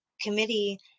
committee